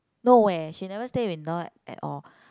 no eh she never stay with in law at all